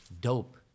dope